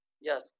Yes